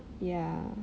ya